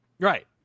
Right